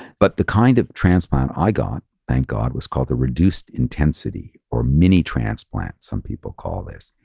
but the kind of transplant i got, thank god, was called the reduced intensity or mini transplant, some people call this.